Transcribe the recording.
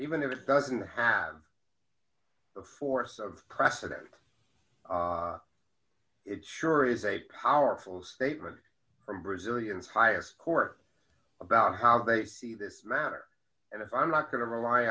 even if it doesn't have the force of precedent it sure is a powerful statement from brazilians highest court about how they see this matter and if i'm not going to rely